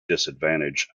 disadvantage